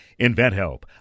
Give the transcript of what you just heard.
InventHelp